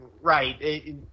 right